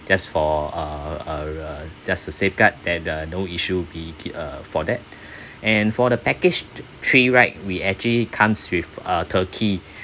just for uh uh just to safeguard that the no issue be uh for that and for the package three right we actually comes with a turkey